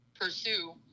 pursue